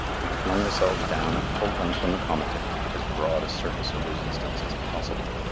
we flung ourselves down at full length on the komatik to give as broad a surface of resistance as possible,